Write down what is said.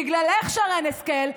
שרן השכל,